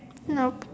nope